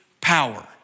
power